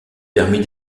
permis